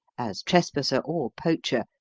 as trespasser or poacher,